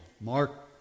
Mark